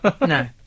No